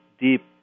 deep